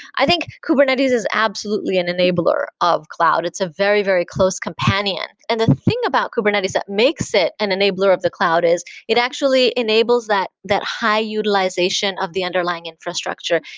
i think kubernetes is absolutely an enabler of cloud. it's a very, very close companion. and the thing about kubernetes that makes it an enabler of the cloud is, it actually enables that that high utilization of the underlying infrastructure.